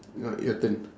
your your turn